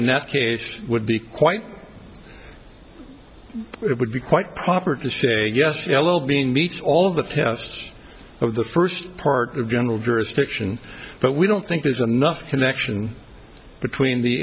in that case it would be quite it would be quite proper to stay yes fellow being meets all of the parents of the first part of general jurisdiction but we don't think there's enough connection between the